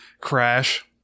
crash